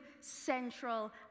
central